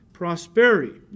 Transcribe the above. prosperity